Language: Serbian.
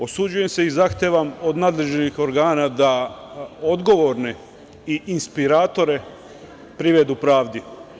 Osuđujem i zahtevam od nadležnih organa da odgovorne i inspiratore privedu pravdi.